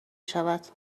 شود